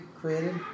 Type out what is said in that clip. created